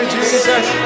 Jesus